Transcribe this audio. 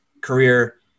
career-